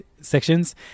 sections